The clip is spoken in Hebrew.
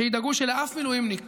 שידאגו שלאף מילואימניק